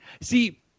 See